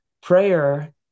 prayer